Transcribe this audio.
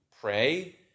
pray